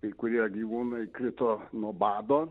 kai kurie gyvūnai krito nuo bado